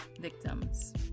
victims